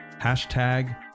hashtag